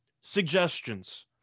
suggestions